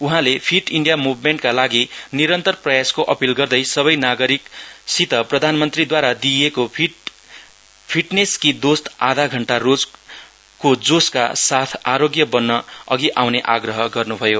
उहाँले fit India मुभमेन्टका लागि निरन्तर प्रयासको अपील गर्दै सबै नागरिकसित प्रधानमन्त्रीदवारा दिइएको फिटनेश कि दोस्त आधा घण्टा रोजको जोसका साथ आरोग्य बन्न अधि आउने आग्रह गर्नुभयो